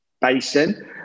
basin